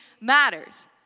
matters